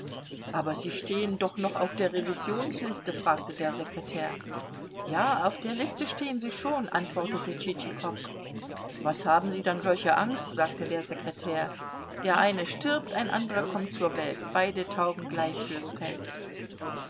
aber sie stehen doch noch auf der revisionsliste fragte der sekretär ja auf der liste stehen sie schon antwortete tschitschikow was haben sie dann solche angst sagte der sekretär der eine stirbt ein anderer kommt zur welt beide taugen gleich fürs feld